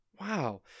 Wow